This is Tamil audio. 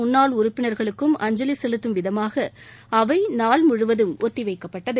முன்னாள் உறுப்பினர்களுக்கும் அஞ்சலி செலுத்தும் விதமாக அவை நாள் முழுவதும் ஒத்திவைக்கப்பட்டது